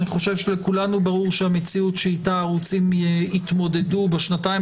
אני חושב שלכולנו ברור שהמציאות שאיתה הערוצים התמודדו בשנתיים